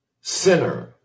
sinner